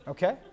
Okay